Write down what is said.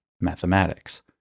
mathematics